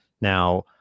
now